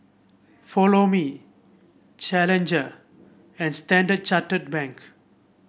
Follow Me Challenger and Standard Chartered Bank